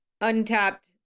untapped